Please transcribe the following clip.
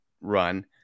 run